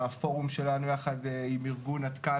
הפורום שלנו יחד עם ארגון "עד כאן",